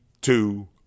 two